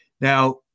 Now